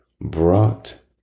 brought